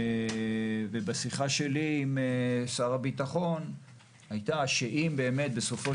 ובשיחה שלי עם שר הביטחון עלה שאם באמת בסופו